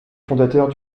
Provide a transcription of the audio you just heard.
fondateurs